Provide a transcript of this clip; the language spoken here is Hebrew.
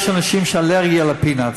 יש אנשים שאלרגיים ל-peanuts,